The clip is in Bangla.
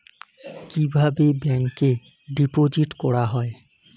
কিভাবে ব্যাংকে ডিপোজিট করা হয়?